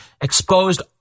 exposed